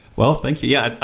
well, thank you, yeah.